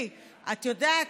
את יודעת,